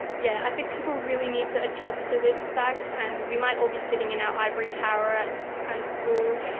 yeah i think people really need to adjust to this fact. and we might all be sitting in our ivory tower at this kind of school,